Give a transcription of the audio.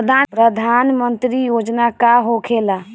प्रधानमंत्री योजना का होखेला?